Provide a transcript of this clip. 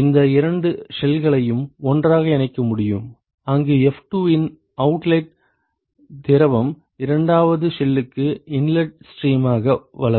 இந்த இரண்டு ஷெல்களையும் ஒன்றாக இணைக்க முடியும் அங்கு f2 இன் அவுட்லெட் திரவம் இரண்டாவது ஷெல்லுக்கு இன்லெட் ஸ்ட்ரீமாக வளரும்